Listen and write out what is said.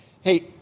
Hey